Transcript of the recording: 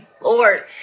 Lord